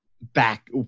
Back